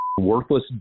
Worthless